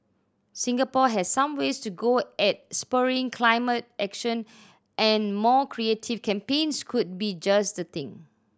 Singapore has some ways to go at spurring climate action and more creative campaigns could be just the thing